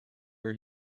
are